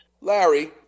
Larry